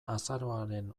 azaroaren